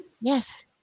Yes